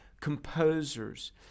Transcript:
Composers